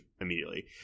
immediately